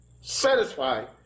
satisfied